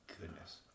goodness